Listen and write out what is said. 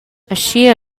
aschia